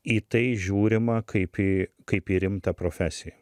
į tai žiūrima kaip į kaip į rimtą profesiją